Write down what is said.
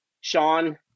Sean